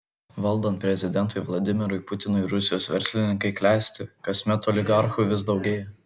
valdant prezidentui vladimirui putinui rusijos verslininkai klesti kasmet oligarchų vis daugėja